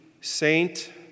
saint